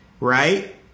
Right